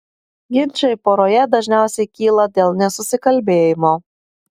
ginčai poroje dažniausiai kyla dėl nesusikalbėjimo